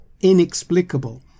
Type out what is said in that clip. inexplicable